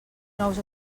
nous